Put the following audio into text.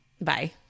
bye